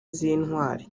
z’intwari